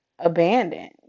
abandoned